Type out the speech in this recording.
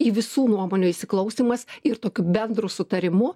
į visų nuomonių įsiklausymas ir tokiu bendru sutarimu